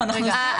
תחליף.